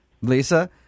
Lisa